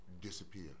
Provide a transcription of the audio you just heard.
disappear